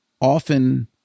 often